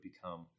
become